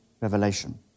revelation